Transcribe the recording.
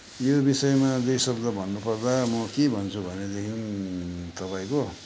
यो विषयमा दुई शब्द भन्नुपर्दा म के भन्छु भनेदेखि तपाईँको